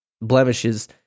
blemishes